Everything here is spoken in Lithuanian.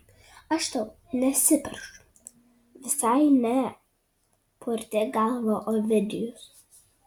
aš tau nesiperšu visai ne purtė galvą ovidijus